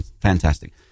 fantastic